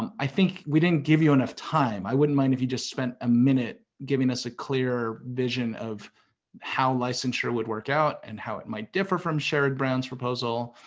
i think we didn't give you enough time. i wouldn't mind if you just spent a minute giving us a clearer vision of how licensure would work out, and how it might differ from sherrod brown's proposal.